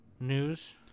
news